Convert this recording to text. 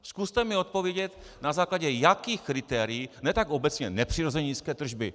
Zkuste mi odpovědět, na základě jakých kritérií, ne tak obecně nepřirozeně nízké tržby.